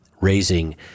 raising